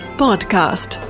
podcast